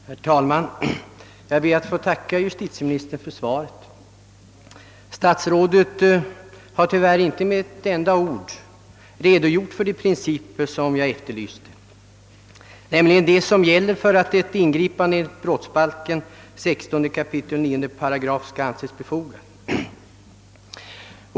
Herr talman! Jag ber att få tacka justitieministern för svaret. Statsrådet har tyvärr inte med ett enda ord redogjort för de principer som jag efterlyste, nämligen de som gäller för att ett ingripande enligt brottsbalkens 16 kap. 9§ skall anses befogat.